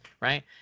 right